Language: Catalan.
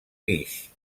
guix